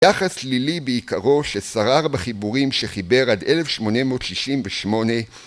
יחס שלילי בעיקרו ששרר בחיבורים שחיבר עד 1868